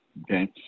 okay